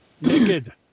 Naked